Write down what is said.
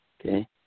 okay